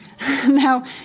Now